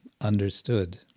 understood